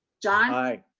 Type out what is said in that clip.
john. i.